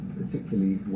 particularly